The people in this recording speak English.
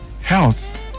health